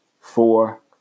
Four